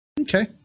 Okay